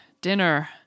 dinner